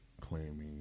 claiming